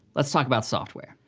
let's talk about software.